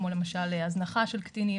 כמו למשל הזנחה של קטינים,